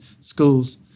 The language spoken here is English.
schools